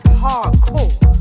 hardcore